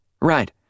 right